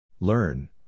Learn